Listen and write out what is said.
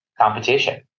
competition